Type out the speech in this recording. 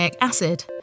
acid